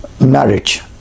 marriage